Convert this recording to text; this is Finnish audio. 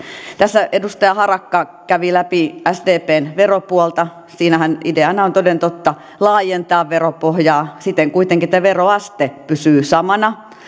tässä edustaja harakka kävi läpi sdpn veropuolta siinähän ideana on toden totta laajentaa veropohjaa siten kuitenkin että veroaste pysyy samana